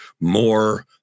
more